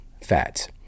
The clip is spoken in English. fats